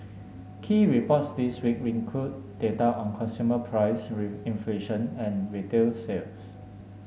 key reports this week include data on consumer price inflation and retail sales